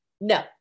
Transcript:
no